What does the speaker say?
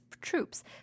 troops